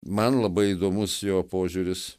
man labai įdomus jo požiūris